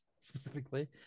specifically